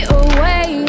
away